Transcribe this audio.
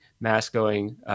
mass-going